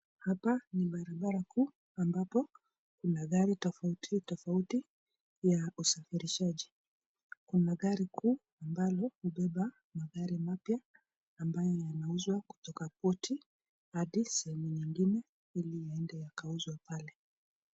Hapa ni barabara kuu ambapo kuna garu tofauti tofauti ya usafirishaji. Kuna gari kuu ambalo hubeba magari mapya ambayo yanauzwa kutoka kwote adi sehemu nyingine ili yaende yakauzwe pale.